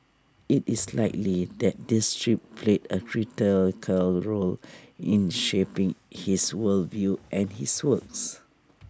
IT is likely that this trip played A role in shaping his world view and his works